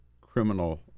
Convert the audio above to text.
criminal